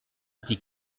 petit